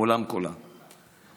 על כאלה סכומים הייתי חושב שהם הזויים,